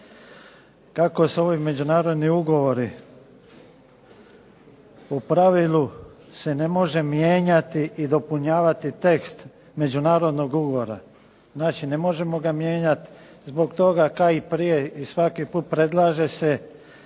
kako se ovi međunarodni ugovori u pravilu se ne može mijenjati i dopunjavati tekst međunarodnog ugovora. Znači ne možemo ga mijenjati zbog toga. Kao i prije svaki puta predlaže se